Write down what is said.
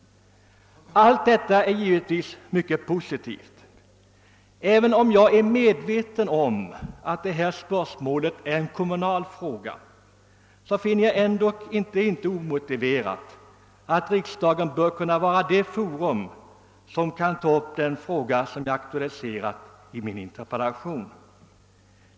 Allt detta är givetvis mycket positivt. Även om jag är medveten om att detta spörsmål är en kommunal fråga finner jag det ändå inte omotiverat att i riksdagen ta upp den fråga jag aktualiserat i min interpellation.